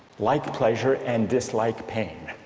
like pleasure and dislike pain